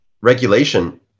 regulation